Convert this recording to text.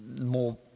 more